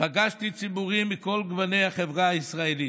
פגשתי ציבורים מכל גוני החברה הישראלית,